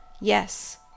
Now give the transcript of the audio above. Yes